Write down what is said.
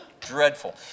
dreadful